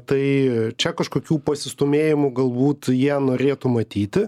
tai čia kažkokių pasistūmėjimų galbūt jie norėtų matyti